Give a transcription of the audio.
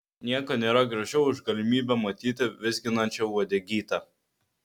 nieko nėra gražiau už galimybę matyti vizginančią uodegytę